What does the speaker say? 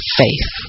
faith